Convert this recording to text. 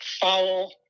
foul